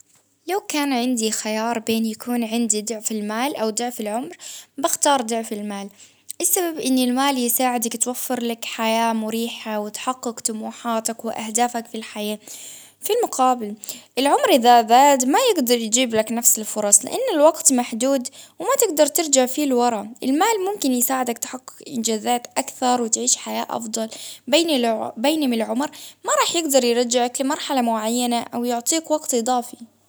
لو كان عندي خيار بين يكون عندي ضعف المال أو ضعف العمر، بختار ضعف المال، بسبب إن المال يساعدك توفر لك حياة مريحة، وتحقق طموحاتك وأهدافك في الحياة، في المقابل العمر ده سئ ما يقدر يجيب لك نفس الفرص لإن الوقت محدود وما تقدر ترجع فيه، المال ممكن يساعدك تحكم في إنجازات أكثر وتعيش حياة أفضل بين -بينما العمر ما راح يقدر يرجعك لمرحلة معينة، أو يعطيك وقت إضافي.